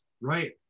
Right